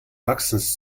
wachsens